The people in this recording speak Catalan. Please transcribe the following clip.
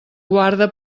guarda